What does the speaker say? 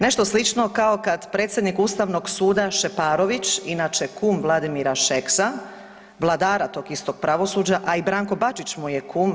Nešto slično kao kad predsjednik Ustavnog suda Šeparović inače kum Vladimira Šeksa vladara tog istog pravosuđa, a i Branko Bačić mu je kum.